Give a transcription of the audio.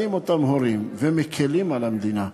באים אותם הורים ומקלים על המדינה,